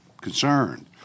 concerned